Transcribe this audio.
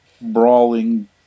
brawling